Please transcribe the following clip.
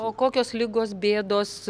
o kokios ligos bėdos